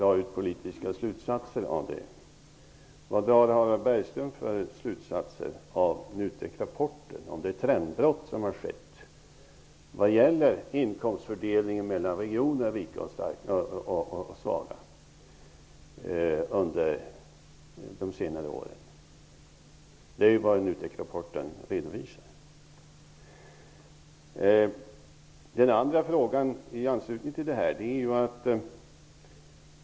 NUTEK-rapporten och av det trendbrott som har skett under senare år vad gäller inkomstfördelningen mellan rika och svaga regioner? Det är ju vad NUTEK-rapporten redovisar. I anslutning härtill vill jag säga följande.